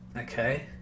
okay